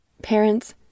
Parents